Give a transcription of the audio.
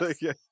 yes